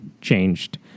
changed